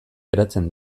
geratzen